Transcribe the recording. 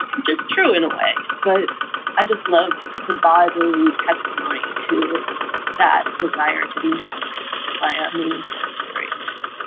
which is true in a way. but i just love the bodily testimony to that desire to be marked by a meaningful experience.